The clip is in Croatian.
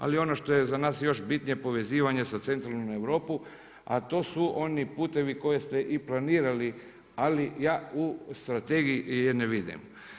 Ali, ono što je za nas još bitnije je pozivanje sa centralnom Europom, a to su oni putevi koje ste i planirali, ali ja u strategije je ne vidim.